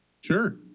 Sure